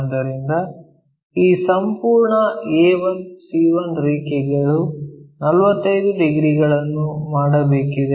ಆದ್ದರಿಂದ ಈ ಸಂಪೂರ್ಣ a1c1 ರೇಖೆಗಳು 45 ಡಿಗ್ರಿಗಳನ್ನು ಮಾಡಬೇಕಿದೆ